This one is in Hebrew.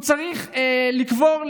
הוא צריך לקבור,